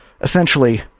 essentially